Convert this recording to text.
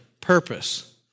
purpose